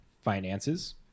finances